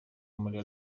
muri